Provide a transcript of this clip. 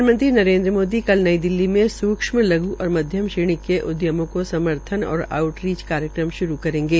प्रधानमंत्री नरेन्द्र मोदी नई दिल्ली में सूक्ष्म लघ् और मध्यम श्रेणी के उद्यमों को समर्थन और आउट रीच कार्यक्रम शुरू करेंगे